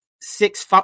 six